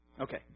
Okay